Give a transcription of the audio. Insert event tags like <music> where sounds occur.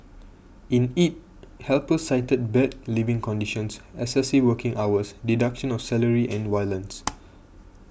in it helpers cited bad living conditions excessive working hours deduction of salary and violence <noise>